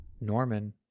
Norman